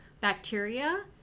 bacteria